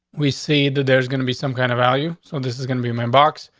we see that there's gonna be some kind of value. so this is gonna be my box.